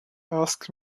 asked